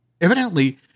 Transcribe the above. Evidently